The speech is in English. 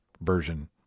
version